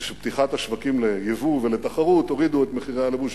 זה שפתיחת השווקים לייבוא ולתחרות הורידה את מחירי הלבוש.